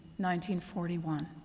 1941